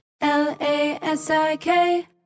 L-A-S-I-K